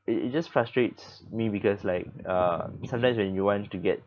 it it just frustrates me because like uh sometimes when you want to get